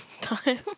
time